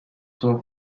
son